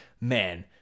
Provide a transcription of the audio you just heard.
man